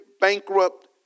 bankrupt